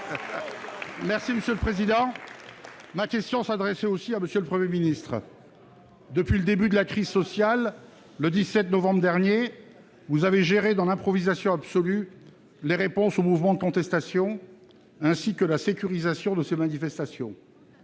socialiste et républicain. Ma question s'adressait aussi à M. le Premier ministre. Depuis le début de la crise sociale, le 17 novembre dernier, vous avez géré dans l'improvisation absolue les réponses au mouvement de contestation ainsi que la sécurisation de ces manifestations.